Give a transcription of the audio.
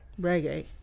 Reggae